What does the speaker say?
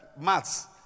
maths